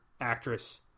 actress